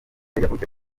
yavukiye